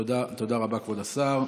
תודה רבה, כבוד השר.